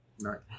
right